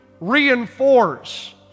reinforce